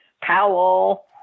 Powell